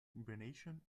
hibernation